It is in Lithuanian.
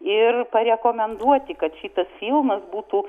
ir parekomenduoti kad šitas filmas būtų